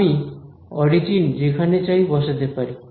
আমি অরিজিন যেখানে চাই বসাতে পারি